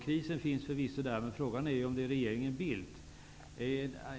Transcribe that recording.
Krisen finns förvisso där, men frågan är om det är regeringen Bildt som har lett landet in i den.